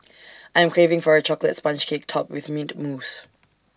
I am craving for A Chocolate Sponge Cake Topped with Mint Mousse